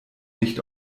nicht